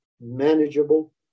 manageable